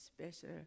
special